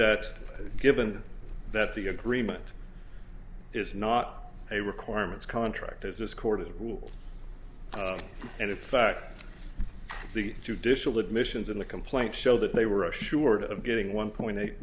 that given that the agreement is not a requirements contract as this court has ruled and in fact the judicial admissions in the complaint show that they were assured of getting one point eight